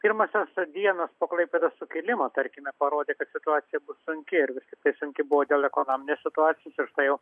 pirmosios dienos po klaipėdos sukilimo tarkime parodė kad situacija bus sunki ir vis tiktai sunki buvo dėl ekonominės situacijos ir štai jau